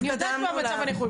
אני יודעת מה המצב הנוכחי.